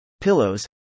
pillows